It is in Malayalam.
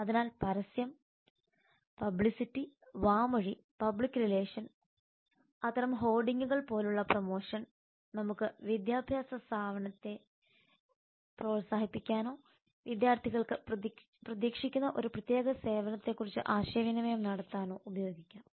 അതിനാൽ പരസ്യം പബ്ലിസിറ്റി വാമൊഴി പബ്ലിക് റിലേഷൻ അത്തരം ഹോർഡിംഗുകൾ പോലുള്ള പ്രമോഷൻ നമുക്ക് വിദ്യാഭ്യാസ സേവനങ്ങളെ പ്രോത്സാഹിപ്പിക്കാനോ വിദ്യാർത്ഥികൾക്ക് പ്രതീക്ഷിക്കുന്ന ഒരു പ്രത്യേക സേവനത്തെക്കുറിച്ച് ആശയവിനിമയം നടത്താനോ ഉപയോഗിക്കാം